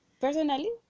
personally